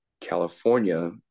California